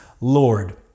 Lord